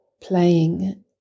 playing